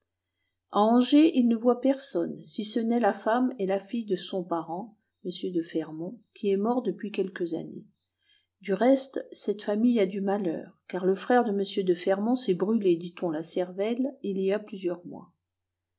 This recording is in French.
angers il ne voit personne si ce n'est la femme et la fille de son parent m de fermont qui est mort depuis quelques années du reste cette famille a du malheur car le frère de m de fermont s'est brûlé dit-on la cervelle il y a plusieurs mois